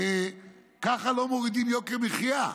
ככה לא מורידים יוקר מחיה,